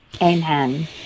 Amen